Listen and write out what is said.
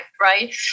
right